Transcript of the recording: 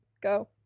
Go